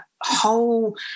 whole